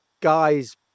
guy's